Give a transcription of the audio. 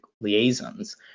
liaisons